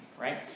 right